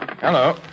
Hello